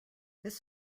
this